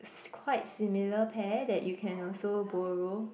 si~ quite similar pair that you can also borrow